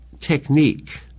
technique